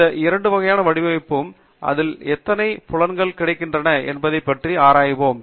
இந்த இரண்டு வகையான வடிவமைப்பையும் அதில் எத்தனை புலங்கள் கிடைக்கின்றன என்பதைப் பற்றியும் நாம் ஆராய்வோம்